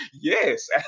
Yes